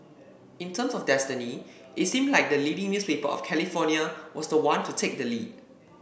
in terms of destiny it seemed like the leading newspaper of California was the one to take the lead